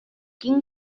quin